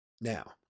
Now